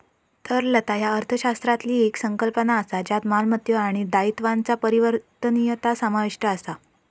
तरलता ह्या अर्थशास्त्रातली येक संकल्पना असा ज्यात मालमत्तो आणि दायित्वांचा परिवर्तनीयता समाविष्ट असा